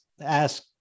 ask